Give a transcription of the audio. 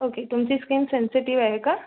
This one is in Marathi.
ओके तुमची स्किन सेन्सिटिव आहे का